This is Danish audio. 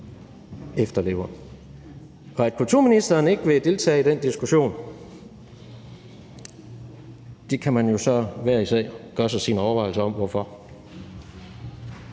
efterlever. At kulturministeren ikke vil deltage i den diskussion, kan man jo så hver især gøre sig sine overvejelser om hvorfor.